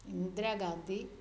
Indira Gandhi